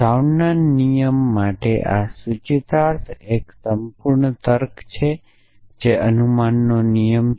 સાઉન્ડના નિયમ માટે આ સૂચિતાર્થ એક સંપૂર્ણ તર્ક છે તે અનુમાનનો નિયમ છે